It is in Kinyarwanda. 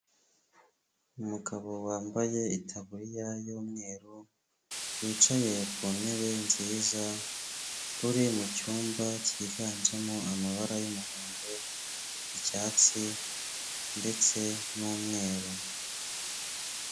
Umugabo wambaye itaburiya y'umweru, wicaye ku ntebe nziza uri mucyumba cyiganjemo amabara y,umuhondo icyatsi ndetse n'umweru.